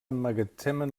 emmagatzemen